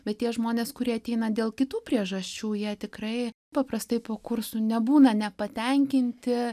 bet tie žmonės kurie ateina dėl kitų priežasčių jie tikrai paprastai po kursų nebūna nepatenkinti